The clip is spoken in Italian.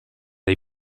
dei